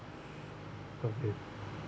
okay